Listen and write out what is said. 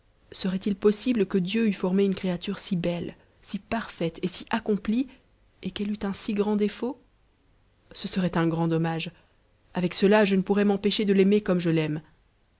serait-il possible que dieu eût formé une créature si belle si parfaite et si accomplie et qu'elle eût un si grand défaut ce serait un grand dommage avec cela je ne pourrais m'empêcher de l'aimer comme je l'aime